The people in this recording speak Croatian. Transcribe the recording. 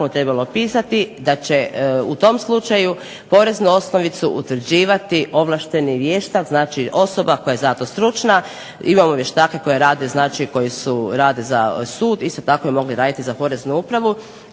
trebalo pisati da će u tom slučaju porez na osnovicu utvrđivati ovlašteni vještak. Znači, osoba koja je za to stručna. Imamo vještake koji rade, znači koji rade za sud. Isto tako bi mogli raditi i za Poreznu upravo.